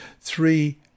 three